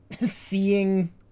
seeing